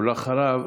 בבקשה, ואחריו,